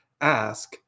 ask